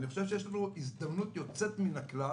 לדעתי, יש לנו הזדמנות יוצאת מן הכלל